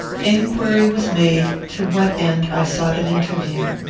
inquiry was made to what end i sought an interview.